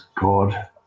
God